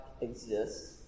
exists